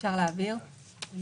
אם